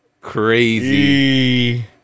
Crazy